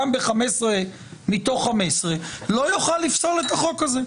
גם ב-15 מתוך 15 לא יוכל לפסול את החוק הזה.